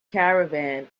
caravan